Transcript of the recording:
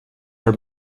are